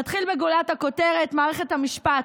נתחיל בגולת הכותרת: מערכת המשפט,